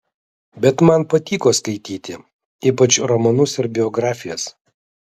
bet man patiko skaityti ypač romanus ir biografijas